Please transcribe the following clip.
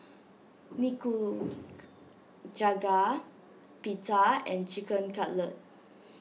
Nikujaga Pita and Chicken Cutlet